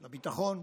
לביטחון,